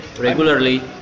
regularly